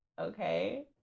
okay